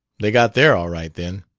they got there all right, then.